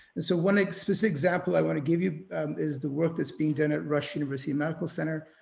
and so one like specific example i want to give you is the work that's being done at rush university medical center.